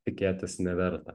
tikėtis neverta